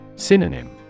Synonym